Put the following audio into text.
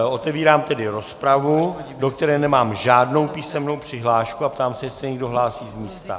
Otevírám tedy rozpravu, do které nemám žádnou písemnou přihlášku, a ptám se, jestli se někdo hlásí z místa.